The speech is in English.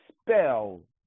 spell